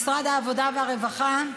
משרד העבודה והרווחה,